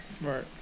Right